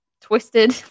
twisted